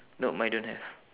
no mine don't have